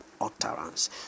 utterance